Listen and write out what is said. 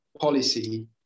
policy